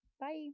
Bye